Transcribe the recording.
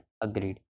agreed